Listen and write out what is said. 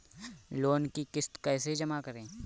Loan की किश्त कैसे जमा करें?